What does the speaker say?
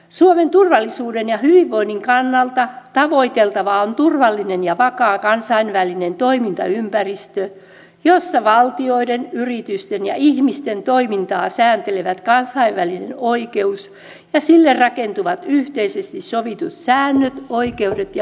suomen turvallisuuden ja hyvinvoinnin kannalta tavoiteltavaa on turvallinen ja vakaa kansainvälinen toimintaympäristö jossa valtioiden yritysten ja ihmisten toimintaa sääntelevät kansainvälinen oikeus ja sille rakentuvat yhteisesti sovitut säännöt oikeudet ja velvollisuudet